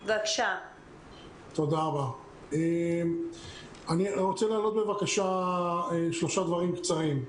אני רוצה להעלות בבקשה שלושה דברים קצרים.